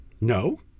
No